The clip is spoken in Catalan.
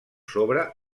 sobre